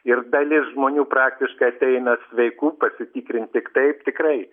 ir dalis žmonių praktiškai ateina sveikų pasitikrint tik taip tikrai